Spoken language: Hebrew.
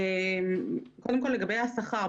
לגבי השכר,